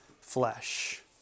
flesh